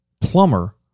plumber